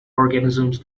organisms